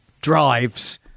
drives